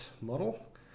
model